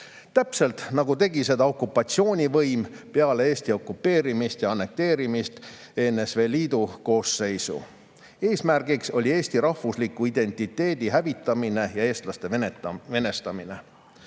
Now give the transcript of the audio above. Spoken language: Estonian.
täpselt nagu tegi seda okupatsioonivõim peale Eesti okupeerimist ja annekteerimist NSV Liidu koosseisu. Eesmärk oli Eestis rahvusliku identiteedi hävitamine ja eestlaste venestamine.